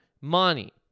money